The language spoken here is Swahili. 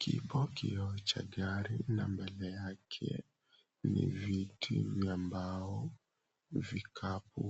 Kipo kioo cha gari na mbele yake ni viti vya mbao. Vikapu